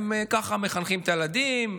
הם ככה מחנכים את הילדים,